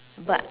but